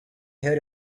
heard